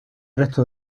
resto